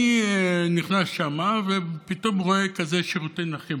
אני נכנס לשם ופתאום רואה שירותי נכים.